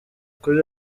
kuri